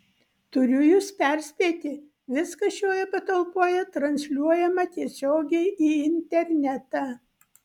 turiu jus perspėti viskas šioje patalpoje transliuojama tiesiogiai į internetą